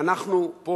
אנחנו פה,